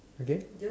okay